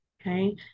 okay